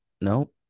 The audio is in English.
No